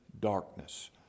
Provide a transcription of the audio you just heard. darkness